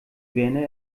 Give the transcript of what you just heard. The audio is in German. werner